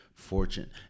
fortune